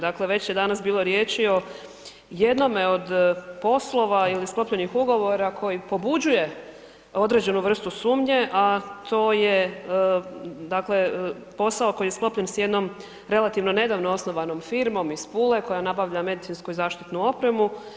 Dakle, već je danas bilo riječi o jednome od poslova ili sklopljenih ugovora koji pobuđuje određenu vrstu sumnje, a to je dakle posao koji je sklopljen s jednom relativno nedavno osnovanom firmom iz Pule koja nabavlja medicinsku i zaštitnu opremu.